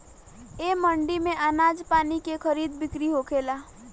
ए मंडी में आनाज पानी के खरीद बिक्री होखेला